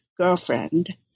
Girlfriend